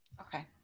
Okay